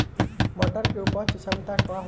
मटर के उपज क्षमता का होला?